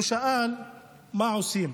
הוא שאל: מה עושים?